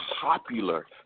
popular